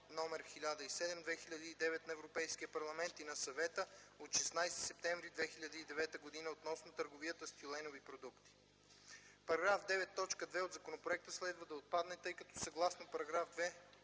№ 1007/2009 на Европейския парламент и на Съвета от 16 септември 2009 г. относно търговията с тюленови продукти; -§ 9, т. 2 от законопроекта следва да отпадне, тъй като съгласно параграф 2